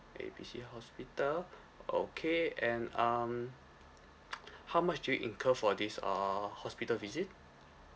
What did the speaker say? A B C hospital okay and um how much did you incur for this err hospital visit